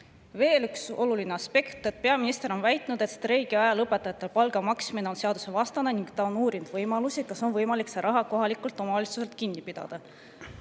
Veel üks oluline aspekt. Peaminister on väitnud, et streigi ajal õpetajatele palga maksmine on seadusvastane ning ta on uurinud võimalusi, kas on võimalik see raha kohalikult omavalitsuselt kinni pidada.